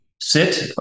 sit